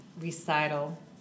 recital